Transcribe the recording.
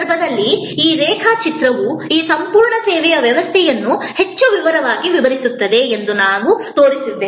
ಸೇವೆಯಲ್ಲಿ ಈ ರೇಖಾಚಿತ್ರವು ಈ ಸಂಪೂರ್ಣ ಸೇವಾ ವ್ಯವಸ್ಥೆಯನ್ನು ಹೆಚ್ಚು ವಿವರವಾಗಿ ವಿವರಿಸುತ್ತದೆ ಎಂದು ನಾವು ತೋರಿಸಿದ್ದೇವೆ